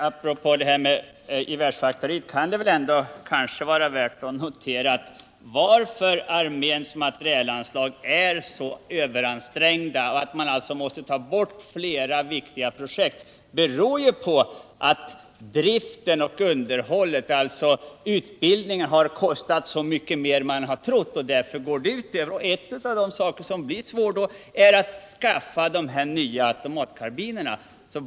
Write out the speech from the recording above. Herr talman! Apropå gevärsfaktoriet kan det väl ändå vara värt att notera följande: Att arméns materielanslag är så öv >ransträngda att man måste ta bort flera viktiga projekt beror ju på att driften och underhållet, alltså utbildningen, har Försvarspolitiken, kostat så mycket mer än man trodde. En av de saker som blir svåra att genomföra är då att skaffa fler automatkarbiner.